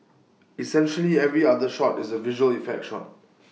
essentially every other shot is A visual effect shot